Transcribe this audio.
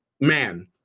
man